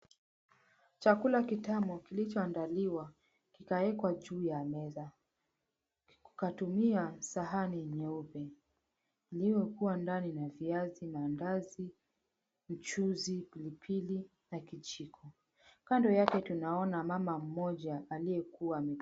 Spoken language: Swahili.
Chakula kitamu kilichoandaliwa kikaekwa juu ya meza. Kukatumia sahani nyeupe iliyokuwa ndani viazi na andazi, mchuzi, pilipili na kijiko. Kando yake tunaona mama mmoja aliyekuwa..